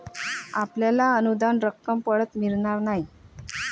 आपल्याला अनुदान रक्कम परत मिळणार नाही